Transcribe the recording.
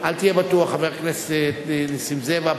אל תהיה בטוח, חבר הכנסת נסים זאב.